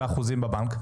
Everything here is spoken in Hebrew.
באחוזים בבנק,